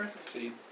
See